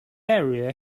area